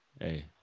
Hey